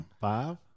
five